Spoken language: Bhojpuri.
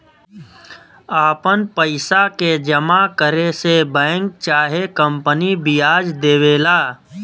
आपन पइसा के जमा करे से बैंक चाहे कंपनी बियाज देवेला